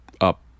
up